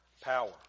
power